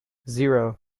zero